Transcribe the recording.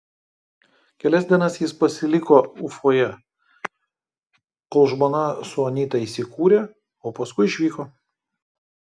kelias dienas jis pasiliko ufoje kol žmona su anyta įsikūrė o paskui išvyko